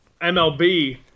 MLB